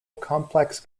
complex